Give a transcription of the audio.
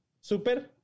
super